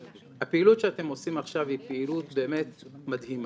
הפעילות שאתם עושים פה עכשיו היא פעילות באמת מדהימה.